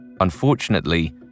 Unfortunately